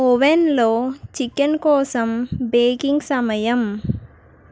oven లో chicken కోసం baking సమయం